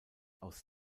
aus